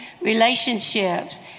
relationships